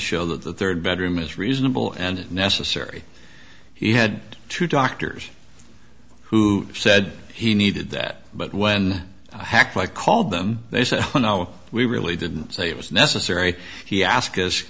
show that the third bedroom is reasonable and necessary he had two doctors who said he needed that but when i hacked i called them they said we really didn't say it was necessary he asked us